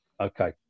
Okay